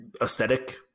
aesthetic